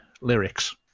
lyrics